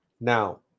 Now